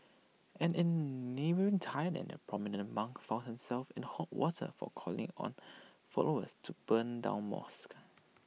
and in neighbouring Thailand A prominent monk found himself in hot water for calling on followers to burn down mosques